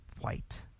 white